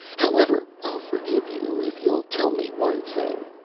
however, i'll forgive you if you'll tell me one thing.